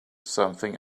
something